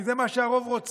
כי זה מה שאתה רוצה,